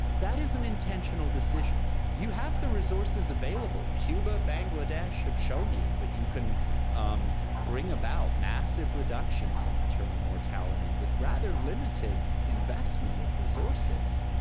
that is an intentional decision. you have the resources available. cuba, bangladesh have shown you that you can bring about massive reductions in maternal mortality with rather limited investment of resources,